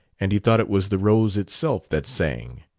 and he thought it was the rose itself that sang.